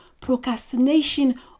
Procrastination